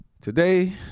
Today